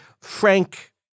Frank